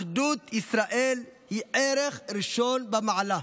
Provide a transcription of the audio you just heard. אחדות ישראל היא ערך ראשון במעלה.